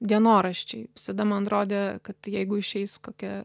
dienoraščiai visada man rodė kad jeigu išeis kokia